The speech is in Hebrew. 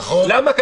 למה?